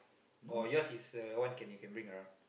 or yours is the one that you can bring around